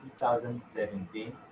2017